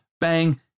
bang